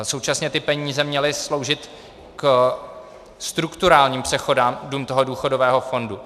Současně ty peníze měly sloužit ke strukturálním přechodům toho důchodového fondu.